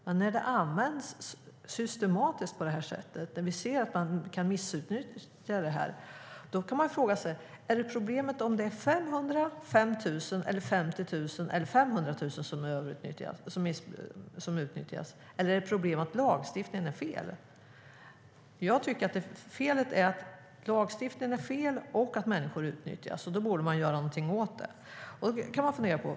Men när det används systematiskt på det här sättet, när vi ser att det kan missutnyttjas, kan man fråga sig: Är problemet om det är 500, 5 000, 50 000 eller 500 000 som utnyttjas, eller är problemet att lagstiftningen är fel? Jag tycker att lagstiftningen är fel och att människor utnyttjas, och då borde man göra något åt det.